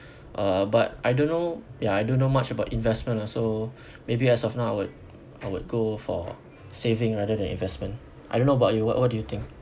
uh but I don't know ya I don't know much about investment also maybe as of now I would I would go for saving rather than investment I don't know about you what what do you think